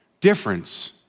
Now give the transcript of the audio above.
difference